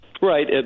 Right